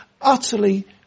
utterly